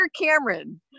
Cameron